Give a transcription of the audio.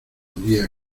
hundía